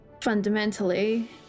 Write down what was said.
fundamentally